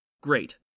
Great